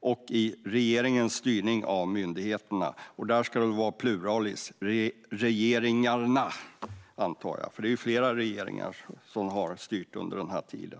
och i regeringens styrning av myndigheten. Jag antar att det ska vara pluralis där - regeringarna - för det är flera regeringar som har styrt under denna tid.